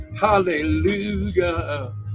Hallelujah